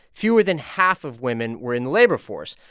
fewer than half of women were in the labor force.